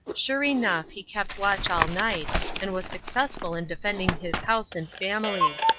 sure enough, he kept watch all night, and was successful in defending his house and family.